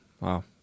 Wow